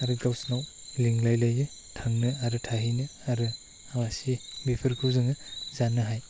आरो गावसिनाव लिंलाय लायो थांनो थाहैनो आरो आलासि बेफोरखौ जोङो जानो हायो